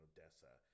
Odessa